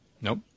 Nope